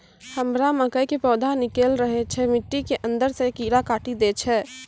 हमरा मकई के पौधा निकैल रहल छै मिट्टी के अंदरे से कीड़ा काटी दै छै?